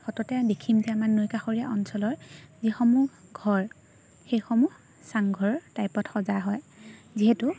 সততে দেখিম যে আমাৰ নৈ কাষৰীয়া অঞ্চলৰ যিসমূহ ঘৰ সেইসমূহ চাংঘৰ টাইপত সজা হয় যিহেতু